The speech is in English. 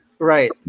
right